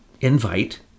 invite